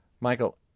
Michael